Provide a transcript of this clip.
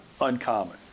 uncommon